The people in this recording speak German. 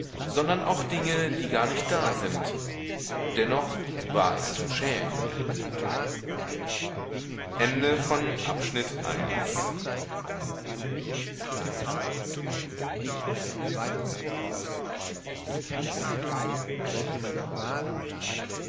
sondern auch dinge die gar nicht da sind dennoch war es zum schämen